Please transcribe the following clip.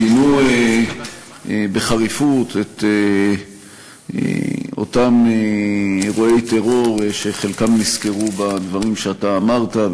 גינו בחריפות את אותם אירועי טרור שחלקם נזכרו בדברים שאתה אמרת,